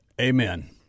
Amen